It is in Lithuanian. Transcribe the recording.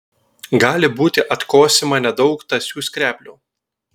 gali būti atkosima nedaug tąsių skreplių